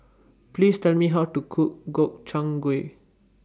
Please Tell Me How to Cook Gobchang Gui